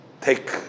take